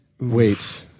Wait